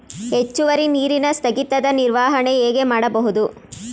ಹೆಚ್ಚುವರಿ ನೀರಿನ ಸ್ಥಗಿತದ ನಿರ್ವಹಣೆ ಹೇಗೆ ಮಾಡಬಹುದು?